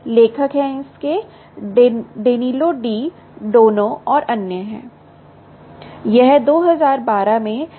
लेखक Danilo D Dono और अन्य हैं